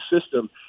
system